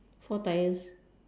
four tyres